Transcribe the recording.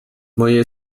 moje